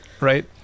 right